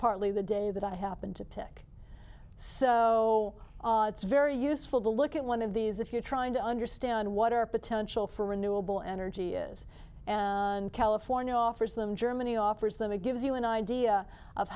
partly the day that i happened to pick so it's very useful to look at one of these if you're trying to understand what our potential for renewable energy is and california offers them germany offers them it gives you an idea of